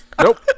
Nope